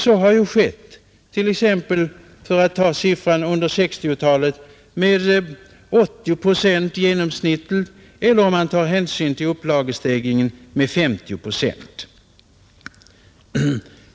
Så har skett under 1960-talet med i genomsnitt 80 procent — eller, om man tar hänsyn till upplagestegringen, med 50 procent.